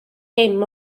dim